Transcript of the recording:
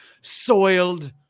soiled